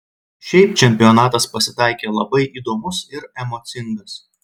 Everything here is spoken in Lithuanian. šiaip čempionatas pasitaikė labai įdomus ir emocingas